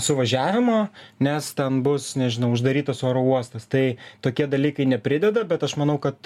suvažiavimo nes ten bus nežinau uždarytas oro uostas tai tokie dalykai neprideda bet aš manau kad